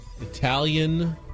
Italian